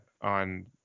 on